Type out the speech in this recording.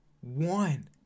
One